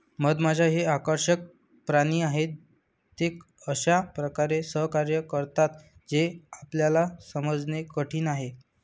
मधमाश्या हे आकर्षक प्राणी आहेत, ते अशा प्रकारे सहकार्य करतात जे आपल्याला समजणे कठीण आहे